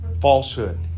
falsehood